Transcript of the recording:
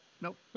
nope